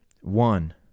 One